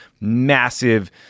massive